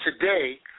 today